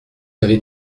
avez